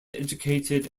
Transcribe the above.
educated